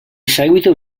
seguito